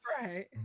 Right